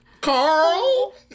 Carl